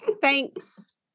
Thanks